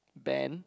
band